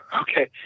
okay